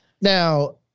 Now